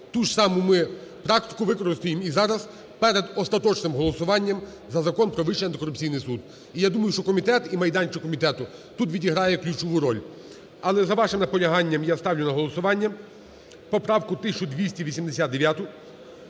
Ту ж саму ми практику використаємо і зараз перед остаточним голосуванням за Закон про Вищий антикорупційний суд. І я думаю, що комітет і майданчик комітету тут відіграє ключову роль. Але за вашим наполяганням я ставлю на голосування поправку 1289.